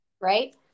right